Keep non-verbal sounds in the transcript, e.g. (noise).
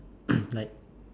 (coughs) like